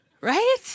right